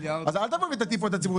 אז אל תבואו ותטעו את הציבור.